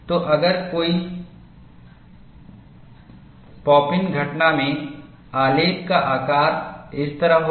तो अगर कोई पॉप इनघटना में आलेख का आकार इस तरह होगा